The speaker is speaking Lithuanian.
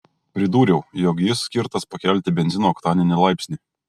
pridūriau jog jis skirtas pakelti benzino oktaninį laipsnį